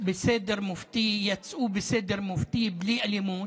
בסדר מופתי, יצאו בסדר מופתי, בלי אלימות,